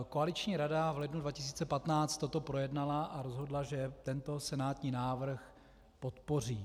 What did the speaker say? Koaliční rada v lednu 2015 toto projednala a rozhodla, že tento senátní návrh podpoří.